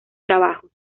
trabajos